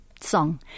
song